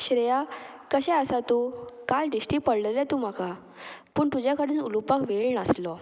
श्रेया कशें आसा तूं काल दिश्टी पडलेलें तूं म्हाका पूण तुज्या कडेन उलोवपाक वेळ नासलो